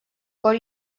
cor